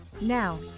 Now